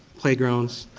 playgrounds,